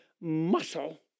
muscle